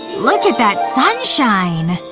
look at that sunshine!